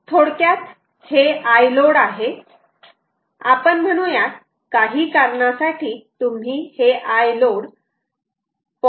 थोडक्यात हे Iload आहे आपण म्हणूयात काही कारणासाठी तुम्ही हे Iload 0